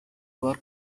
work